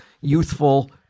youthful